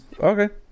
Okay